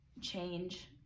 change